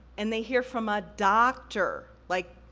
and they hear from a doctor, like,